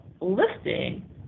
listing